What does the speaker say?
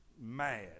mad